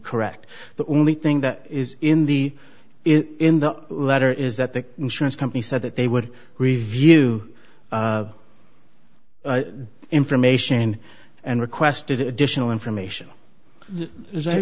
correct the only thing that is in the in the letter is that the insurance company said that they would review information and requested additional information as i